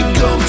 go